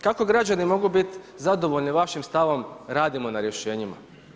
Kako građani mogu biti zadovoljni vašim stavom radimo na rješenjima?